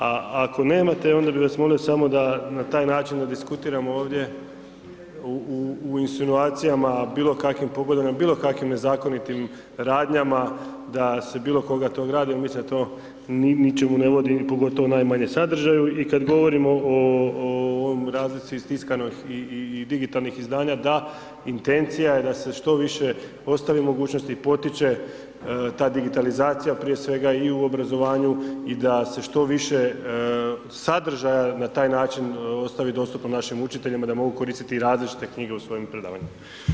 A ako nemate, onda bi vas molio samo da na taj način me diskutiramo ovdje u insinuacijama bilo kakvim, ... bilo kakvim nezakonitim radnjama, da se bilo koga to, ... jer mislim da to ničem ne vodi, pogotovo najmanje sadržaju i kad govorimo o ovoj razlici iz tiskanih i digitalnih izdanja, da, intencija je da se što više ostave mogućnosti i potiče ta digitalizacija, prije svega i u obrazovanju, i da se što više sadržaja na taj način ostavi dostupno našim učiteljima da mogu koristiti i različite knjige u svojim predavanjima.